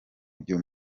byo